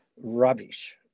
rubbish